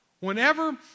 Whenever